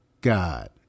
God